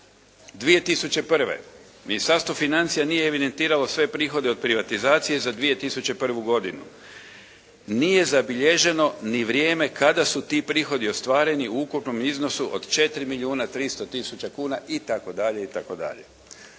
2001. Ministarstvo financija nije evidentiralo sve prihode od privatizacije za 2001. godinu. Nije zabilježeno ni vrijeme kada su ti prihodi ostvareni u ukupnom iznosu od 4 milijuna 300 tisuća kuna i tako